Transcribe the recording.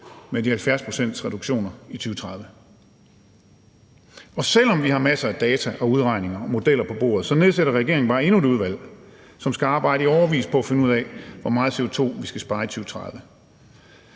med 70-procentsreduktionerne i 2030. Og selv om vi har masser af data og udregninger og modeller på bordet, nedsætter regeringen bare endnu et udvalg, som skal arbejde i årevis på at finde ud af, hvor meget CO2 vi skal spare i 2030.